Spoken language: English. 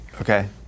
Okay